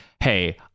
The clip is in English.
hey